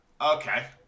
Okay